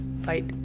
fight